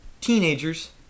teenagers